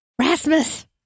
Rasmus